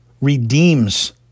redeems